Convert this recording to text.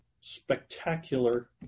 Spectacular